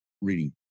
reading